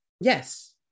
Yes